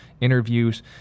interviews